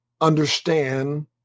understand